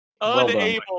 Unable